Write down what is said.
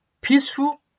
peaceful